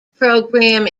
program